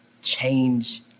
change